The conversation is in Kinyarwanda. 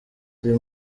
uyu